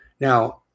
Now